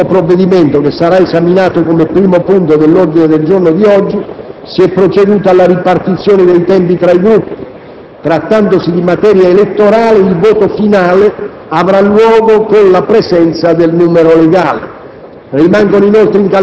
Anche per questo ultimo provvedimento, che sarà esaminato come primo punto dell'ordine del giorno di oggi, si è proceduto alla ripartizione dei tempi fra i Gruppi. Trattandosi di materia elettorale, il voto finale avrà luogo con la presenza del numero legale.